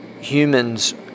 humans